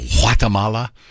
Guatemala